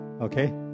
Okay